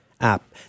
app